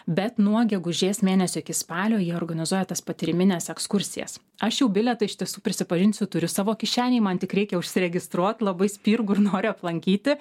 bet nuo gegužės mėnesio iki spalio jie organizuoja tas patyrimines ekskursijas aš jau bilietą iš tiesų prisipažinsiu turiu savo kišenėj man tik reikia užsiregistruot labai spirgu ir noriu aplankyti